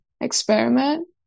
experiment